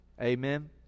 Amen